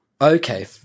okay